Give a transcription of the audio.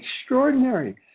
extraordinary